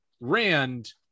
Rand